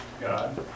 God